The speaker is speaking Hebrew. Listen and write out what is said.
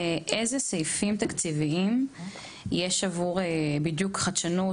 איזה סעיפים תקציביים יש עבור חדשנות?